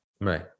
Right